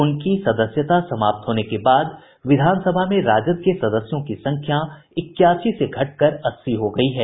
उनकी सदस्यता समाप्त होने के बाद विधानसभा में राजद के सदस्यों की संख्या इक्यासी से घटकर अस्सी हो गयी है